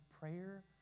prayer